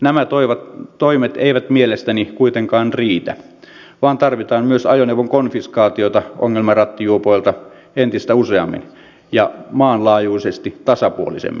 nämä toimet eivät mielestäni kuitenkaan riitä vaan tarvitaan myös ajoneuvon konfiskaatiota ongelmarattijuopoilta entistä useammin ja maanlaajuisesti tasapuolisemmin